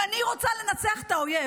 אם אני רוצה לנצח את האויב,